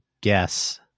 guess